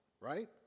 right